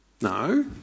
No